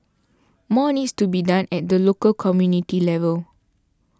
more needs to be done at the local community level